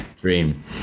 dream